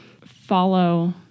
follow